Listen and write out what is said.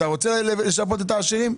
אתה רוצה לשפות את העשירים?